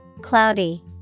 Cloudy